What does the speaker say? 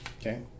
Okay